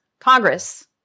Congress